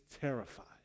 terrified